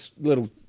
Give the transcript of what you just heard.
little